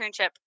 internship